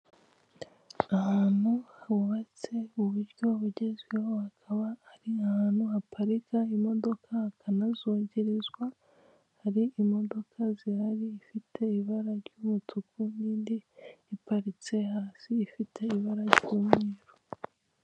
Ahantu hubatse muburyo bugezweho hakaba hari ahantu haparika imodoka hakanazogerezwa, hari imodoka zihari ifite ibara ry'umutuku nindi iparitse hasi ifite ibara ry'umweru.